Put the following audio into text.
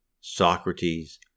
Socrates